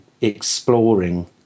exploring